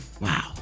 Wow